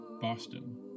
Boston